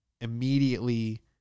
immediately